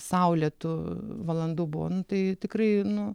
saulėtų valandų buvo nu tai tikrai nu